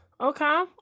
Okay